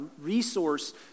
resource